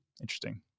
interesting